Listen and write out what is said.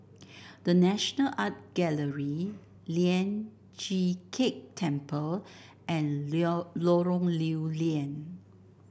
The National Art Gallery Lian Chee Kek Temple and Lorong Lew Lian